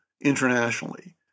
internationally